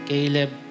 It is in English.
Caleb